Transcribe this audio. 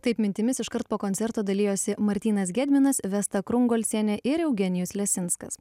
taip mintimis iškart po koncerto dalijosi martynas gedminas vesta krungolcienė ir eugenijus lesinskas